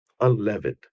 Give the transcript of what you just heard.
unleavened